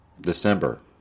December